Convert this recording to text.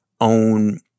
own